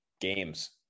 games